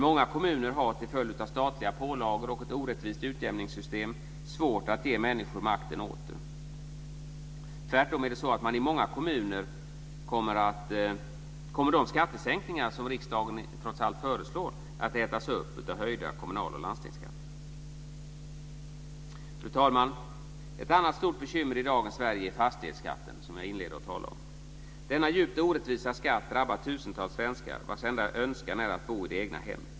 Många kommuner har till följd av statliga pålagor och ett orättvist utjämningssystem svårt att ge människor makten åter. Tvärtom kommer i många kommuner de skattesänkningar som riksdagen trots allt föreslår att ätas upp av höjda kommunal och landstingsskatter. Fru talman! Ett annat stort bekymmer i dagens Sverige är fastighetsskatten, som jag inledde med att tala om. Denna djupt orättvisa skatt drabbar tusentals svenskar vars enda önskan är att bo i det egna hemmet.